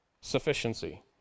sufficiency